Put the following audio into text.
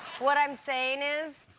what i am saying is,